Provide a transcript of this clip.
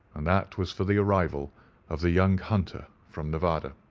and that was for the arrival of the young hunter from nevada.